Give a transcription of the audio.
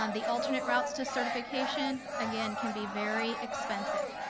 um the alternate routes to certification, again, can be very expensive.